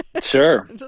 Sure